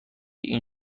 این